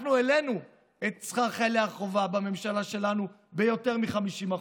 אנחנו העלינו את שכר חיילי החובה בממשלה שלנו ביותר מ-50%.